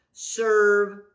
serve